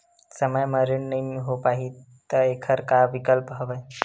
समय म ऋण नइ हो पाहि त एखर का विकल्प हवय?